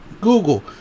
Google